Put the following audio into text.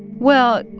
well,